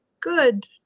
good